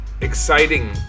exciting